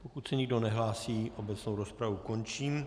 Pokud se nikdo nehlásí, obecnou rozpravu končím.